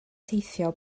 teithio